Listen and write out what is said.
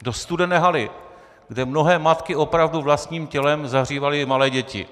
Do studené haly, kde mnohé matky opravdu vlastním tělem zahřívaly malé děti.